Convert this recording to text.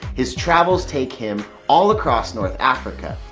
his travels take him all across north africa,